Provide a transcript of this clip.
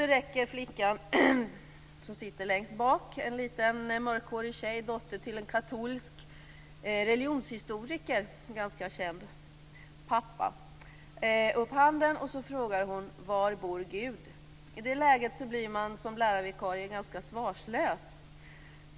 Då räcker flickan som sitter längst bak, en liten mörkhårig tjej, dotter till en katolsk religionshistoriker, en ganska känd pappa, upp handen och frågar: Var bor Gud? I det läget blir man som lärarvikarie ganska svarslös.